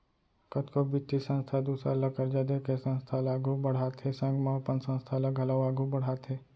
कतको बित्तीय संस्था दूसर ल करजा देके संस्था ल आघु बड़हाथे संग म अपन संस्था ल घलौ आघु बड़हाथे